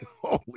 Holy